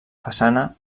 façana